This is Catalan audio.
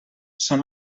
són